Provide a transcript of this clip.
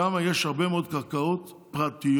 שם יש הרבה מאוד קרקעות פרטיות,